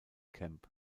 camp